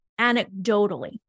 anecdotally